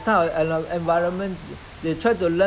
the children may think that eh my this is my